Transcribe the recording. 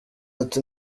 ati